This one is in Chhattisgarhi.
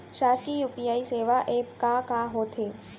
शासकीय यू.पी.आई सेवा एप का का होथे?